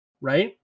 right